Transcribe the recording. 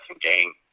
game